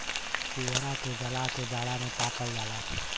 पुवरा के जला के जाड़ा में तापल जाला